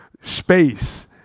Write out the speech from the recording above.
space